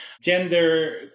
Gender